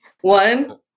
One